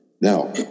Now